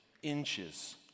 inches